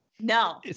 No